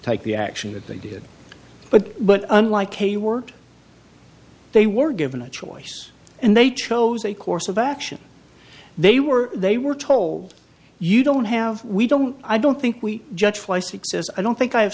take the action that they did but but unlike a word they were given a choice and they chose a course of action they were they were told you don't have we don't i don't think we judge why success i don't think i